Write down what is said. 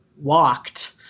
walked